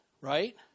right